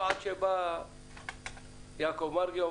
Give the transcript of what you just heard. עד שבא יעקב מרגי,